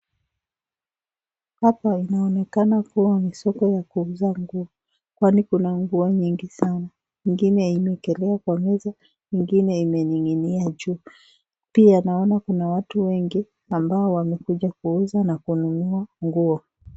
Hapo inaonekana kuwa ni soko la kuuzia nguo, pale kuna nguo mingi sana ingine imewekelwa kwa meza ingine imening'inia juu, pia naona kuna watu wengi ambao wamekuja kuuza na kununua nguo.